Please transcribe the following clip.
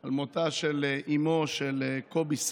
על מותה של אימו של קובי סלם,